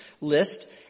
list